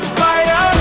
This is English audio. fire